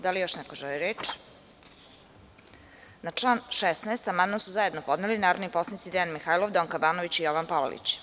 Da li još neko želi reč? (Ne) Na član 16. amandman su zajedno podneli narodni poslanici Dejan Mihajlov, Donka Banović i Jovan Palalić.